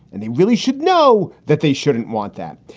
and they really should know that. they shouldn't want that.